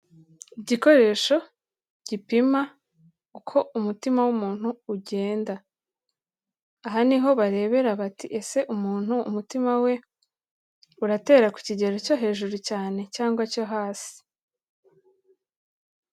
Igikoresho gipima uko umutima w'umuntu ugenda, aha niho barebera bati ese umuntu umutima we uratera ku kigero cyo hejuru cyane cyangwa cyo hasi?